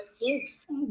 yes